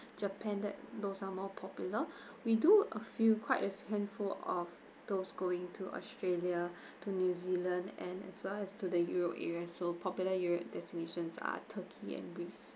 japan that though some more popular we do a few quite a handful of those going to australia to new zealand and as well as to the euro area so popular euro destinations are turkey and greece